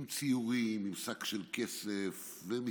עם ציורים, עם שק של כסף ומספרים,